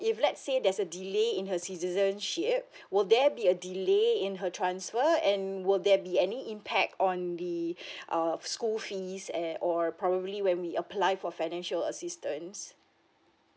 if let's say there's a delay in her citizenship will there be a delay in her transfer and will there be any impact on the err school fees and or probably when we apply for financial assistance